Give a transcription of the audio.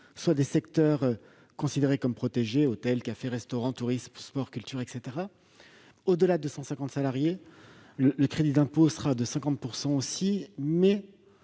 soit des secteurs considérés comme protégés : hôtels, cafés, restaurants, tourisme, sport, culture, etc. Au-delà de 250 salariés, le crédit d'impôt sera de 50 % également, mais